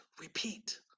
repeat